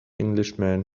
englishman